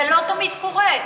זה לא תמיד קורה,